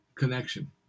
connection